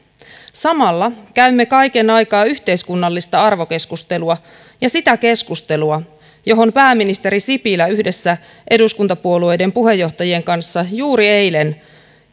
samalla käymme kaiken aikaa yhteiskunnallista arvokeskustelua ja sitä keskustelua johon pääministeri sipilä yhdessä eduskuntapuolueiden puheenjohtajien kanssa juuri eilen